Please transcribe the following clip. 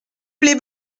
plais